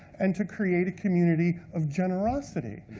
and to create a community of generosity.